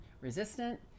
resistant